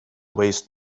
waste